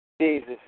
Jesus